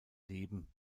leben